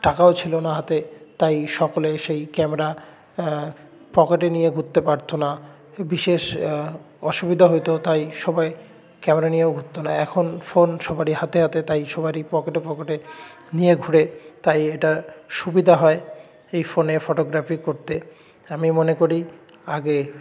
টাকাও ছিল না হাতে তাই সকলে সেই ক্যামেরা পকেটে নিয়ে ঘুরতে পারত না বিশেষ অসুবিধা হতো তাই সবাই ক্যামেরা নিয়েও ঘুরত না এখন ফোন সবারই হাতে হাতে তাই সবারই পকেটে পকেটে নিয়ে ঘোরে তাই এটা সুবিধা হয় এই ফোনে ফটোগ্রাফি করতে আমি মনে করি আগে